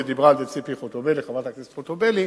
ודיברה על זה חברת הכנסת ציפי חוטובלי,